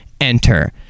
Enter